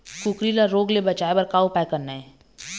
कुकरी ला रोग ले बचाए बर का उपाय करना ये?